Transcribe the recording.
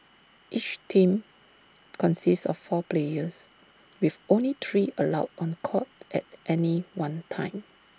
each team consists of four players with only three allowed on court at any one time